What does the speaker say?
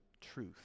truth